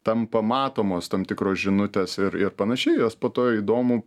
tampa matomos tam tikros žinutės ir ir panašiai juos po to įdomu